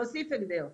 להוסיף הגדר.